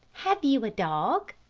have you a dog?